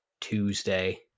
Tuesday